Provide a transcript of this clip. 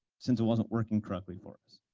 since it wasn't working correctly for us.